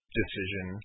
decision